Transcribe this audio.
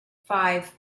five